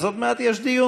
אז עוד מעט יש דיון,